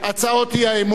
ולאחר מכן,